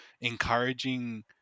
encouraging